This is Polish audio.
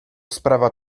sprawa